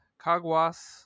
Caguas